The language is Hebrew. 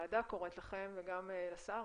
הוועדה קוראת לכם וגם לשר,